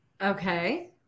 Okay